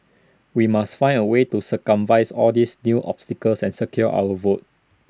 we must find A way to circumvents all these new obstacles and secure our votes